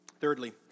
Thirdly